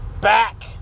back